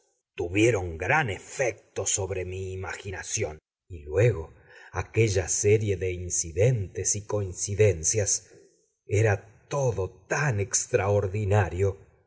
tuvieron gran efecto sobre mi imaginación y luego aquella serie de incidentes y coincidencias era todo tan extraordinario